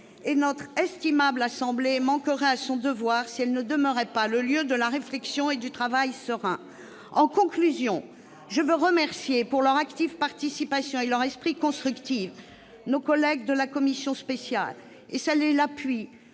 Notre estimable assemblée manquerait à son devoir si elle ne demeurait pas le lieu de la réflexion et du travail serein. Pour conclure, je veux remercier, pour leur active participation et leur esprit constructif, nos collègues de la commission spéciale, et saluer l'appui